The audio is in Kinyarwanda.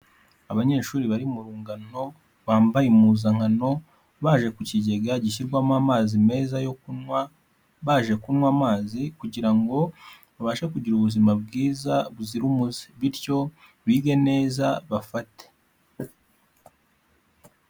Abanyeshuri bari mu rungano, bambaye impuzankano baje ku kigega gishyirwamo amazi meza yo kunywa, baje kunywa amazi kugira ngo babashe kugira ubuzima bwiza buzira umuze, bityo bige neza bafate.